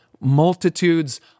multitudes